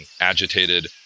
agitated